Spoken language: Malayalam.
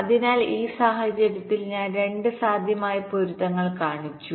അതിനാൽ ഈ സാഹചര്യത്തിൽ ഞാൻ 2 സാധ്യമായ പൊരുത്തങ്ങൾ കാണിച്ചു